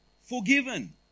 forgiven